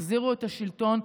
תחזירו את השלטון,